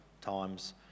times